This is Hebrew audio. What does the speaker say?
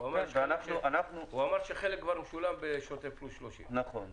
הוא אמר שחלק כבר משולם בשוטף פלוס 30. נכון.